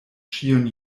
ĉion